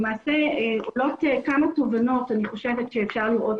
למעשה עולות כמה תובנות שאני חושבת שאפשר לראות